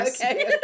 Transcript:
Okay